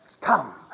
come